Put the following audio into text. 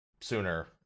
sooner